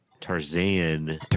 Tarzan